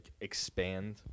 expand